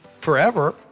Forever